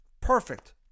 Perfect